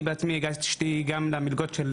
אני בעצמי הגשתי גם למלגות של